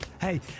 Hey